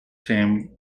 same